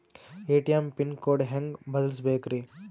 ATM pin code ಹೆಂಗ್ ಬದಲ್ಸ್ಬೇಕ್ರಿ?